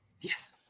Yes